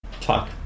talk